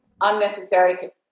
unnecessary